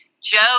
Joe